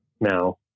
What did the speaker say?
now